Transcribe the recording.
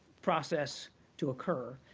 process to occur.